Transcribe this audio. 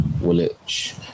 Woolwich